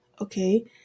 okay